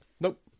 Nope